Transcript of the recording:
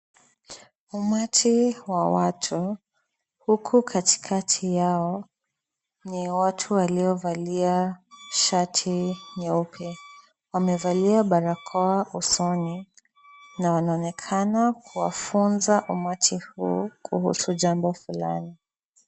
Umati wa watu huku katikati yao ni watu waliovalia shati nyeupe. Wamevalia barakoa usoni na wanaonekana kuwafunza umati huu kuhusu jambo fulani.